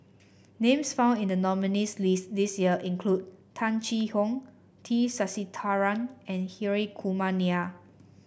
names found in the nominees' list this year include Tung Chye Hong T Sasitharan and Hri Kumar Nair